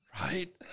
Right